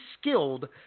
skilled